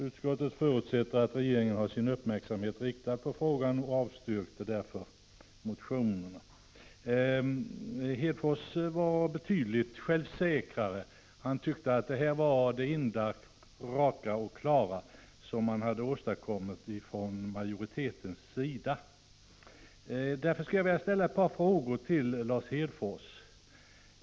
Utskottet förutsätter att regeringen har sin uppmärksamhet riktad på frågan och avstyrker följaktligen motionen.” Lars Hedfors var betydligt självsäkrare. Han tyckte att det som majoriteten hade åstadkommit var det enda riktiga. Jag skulle därför vilja ställa några frågor till Lars Hedfors.